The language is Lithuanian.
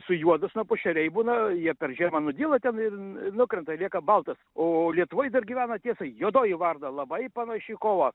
su juodu snapu šeriai būna jie per žiemą nudyla ten ir nukrenta lieka baltas o lietuvoj dar gyvena tiesa juodoji varna labai panaši į kovą